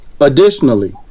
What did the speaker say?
Additionally